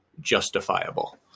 justifiable